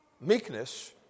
meekness